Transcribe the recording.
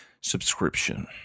subscription